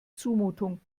zumutung